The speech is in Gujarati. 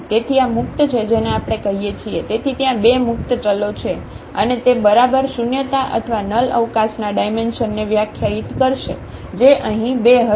તેથી આ મુક્ત છે જેને આપણે કહીએ છીએ તેથી ત્યાં બે મુક્ત ચલો છે અને તે બરાબર શૂન્યતા અથવા નલ અવકાશના ડાયમેન્શનને વ્યાખ્યાયિત કરશે જે અહીં 2 હશે